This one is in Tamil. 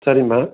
சரிம்மா